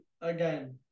again